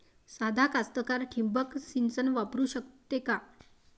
सादा कास्तकार ठिंबक सिंचन वापरू शकते का?